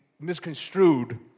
misconstrued